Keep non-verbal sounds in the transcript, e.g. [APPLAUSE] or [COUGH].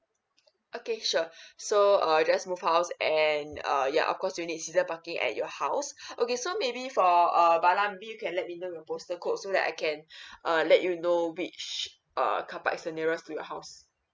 okay sure so uh just move house and uh ya of course you need season parking at your house okay so maybe for uh bala maybe you can let me know your postal code so that I can [BREATH] uh let you know which uh car park is the nearest to your house